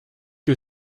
que